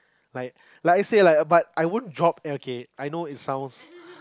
like like I say like but I won't drop okay I know it sounds